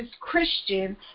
Christian